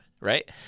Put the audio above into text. right